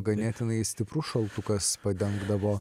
ganėtinai stiprus šaltukas padengdavo